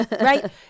right